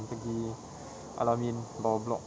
pergi al amin bawah block